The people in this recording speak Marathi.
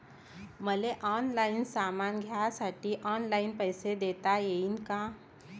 मले ऑनलाईन सामान घ्यासाठी ऑनलाईन पैसे देता येईन का?